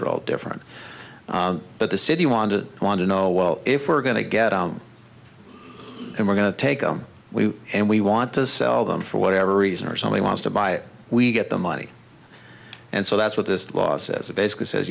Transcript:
are all different but the city wanted want to know well if we're going to get and we're going to take them we and we want to sell them for whatever reason or somebody wants to buy it we get the money and so that's what this law says it basically says